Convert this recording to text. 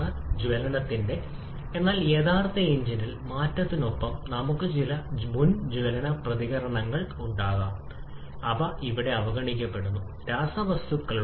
അതിനാൽ വിച്ഛേദനത്തിന്റെ ഫലം മൊത്തം വർക്ക് ഔട്ട്പുട്ട് കുറയ്ക്കുക പരമാവധി കുറയ്ക്കുക എന്നിവയാണ് ചക്രത്തിന്റെ മർദ്ദവും താപനിലയും